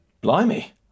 Blimey